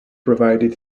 provided